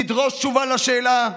נדרוש תשובה על השאלה: